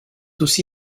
aussi